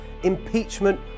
impeachment